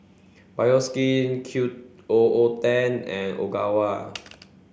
Bioskin Q O O Ten and Ogawa